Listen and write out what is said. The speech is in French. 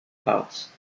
parts